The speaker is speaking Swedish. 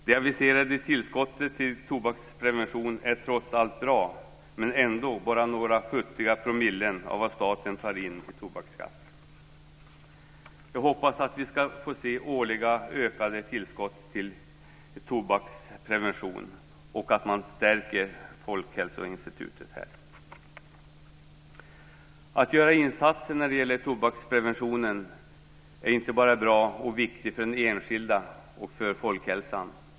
Det aviserade tillskottet till tobaksprevention är trots allt bra, men ändå bara några futtiga promillen av vad staten tar in på tobaksskatt. Jag hoppas att vi ska få se årliga ökade tillskott till tobakspreventionen och att man stärker Folkhälsoinstitutet här. Att göra insatser när det gäller tobaksprevention är inte bara bra och viktigt för den enskilde och för folkhälsan.